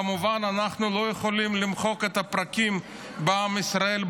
כמובן שאנחנו לא יכולים למחוק את הפרקים בעם ישראל,